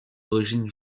origines